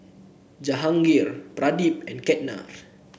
Jahangir Pradip and Ketna